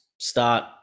Start